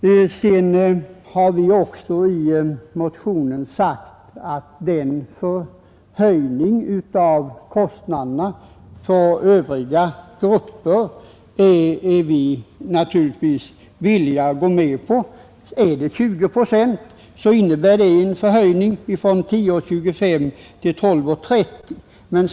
I motionen har vi sagt att vi är villiga att gå med på den förhöjning av kostnaderna för övriga grupper som måste bli följden. Är höjningen 20 procent innebär det en ökning från 10,25 till 12,30.